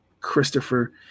Christopher